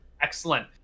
Excellent